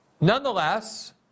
nonetheless